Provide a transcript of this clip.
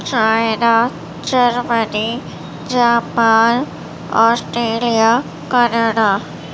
China Germany Japan Australia Canada